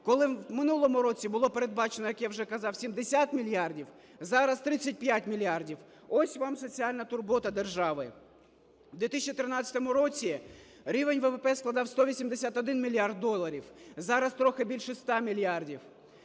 коли в минулому році було передбачено, як я вже казав, 70 мільярдів, зараз – 35 мільярдів. Ось вам соціальна турбота держави. У 2013 році рівень ВВП складав 181 мільярд доларів, зараз – трохи більше 100 мільярдів.